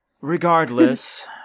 Regardless